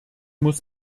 muss